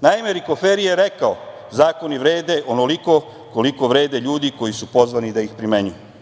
Naime, Rikoferi je rekao – zakoni vrede onoliko koliko vrede ljudi koji su pozvani da ih primenjuju.